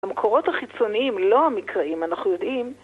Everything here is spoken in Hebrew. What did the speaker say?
המקורות החיצוניים לא המקראים, אנחנו יודעים.